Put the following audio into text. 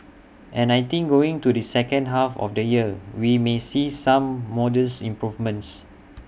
and I think going to the second half of the year we may see some modest improvements